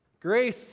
Grace